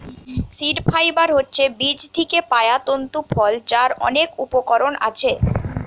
seed fibre হচ্ছে বীজ থিকে পায়া তন্তু ফল যার অনেক উপকরণ আছে